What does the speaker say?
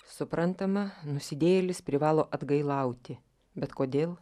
suprantama nusidėjėlis privalo atgailauti bet kodėl